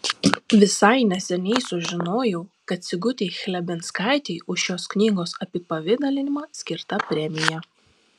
visai neseniai sužinojau kad sigutei chlebinskaitei už šios knygos apipavidalinimą skirta premija